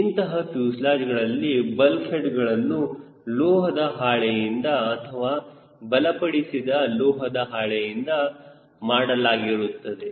ಇಂತಹ ಫ್ಯೂಸೆಲಾಜ್ಗಳಲ್ಲಿ ಬಲ್ಕ್ ಹೆಡ್ಗಳನ್ನು ಲೋಹದ ಹಾಳೆಯಿಂದ ಅಥವಾ ಬಲಪಡಿಸಿದ ಲೋಹದ ಹಾಳೆಯಿಂದ ಮಾಡಲಾಗಿರುತ್ತದೆ